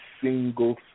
single